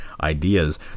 ideas